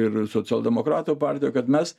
ir socialdemokratų partija kad mes